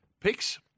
Picks